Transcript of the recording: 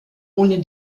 ohne